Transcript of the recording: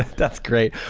that's great.